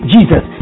Jesus